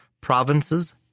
provinces